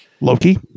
loki